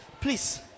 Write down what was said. please